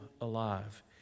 alive